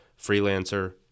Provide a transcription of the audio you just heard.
freelancer